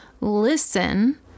listen